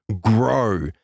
grow